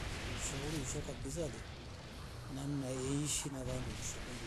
Ushauri usha kabisa le maana yeishi na wandu undusha uku duniani.